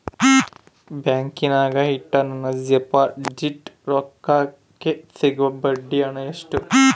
ಬ್ಯಾಂಕಿನಾಗ ಇಟ್ಟ ನನ್ನ ಡಿಪಾಸಿಟ್ ರೊಕ್ಕಕ್ಕೆ ಸಿಗೋ ಬಡ್ಡಿ ಹಣ ಎಷ್ಟು?